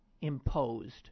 imposed